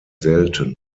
selten